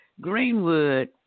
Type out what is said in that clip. Greenwood